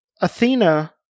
Athena